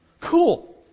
Cool